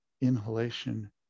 inhalation